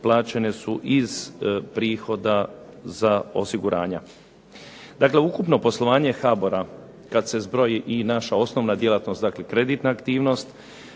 plaćene su iz prihoda za osiguranja. Dakle, ukupno poslovanje HBOR-a kada se zbroji i naša osnovna djelatnosti, dakle kreditna aktivnost,